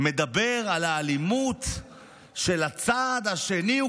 מדבר על האלימות של הצד השני בכעס גדול מאוד.